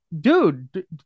dude